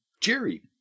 Jerry